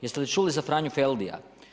Jeste li čuli za Franju Feldija?